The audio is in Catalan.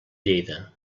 lleida